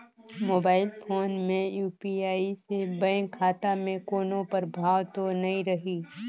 Mobile phone मे UPI से bank खाता मे कोनो प्रभाव तो नइ रही?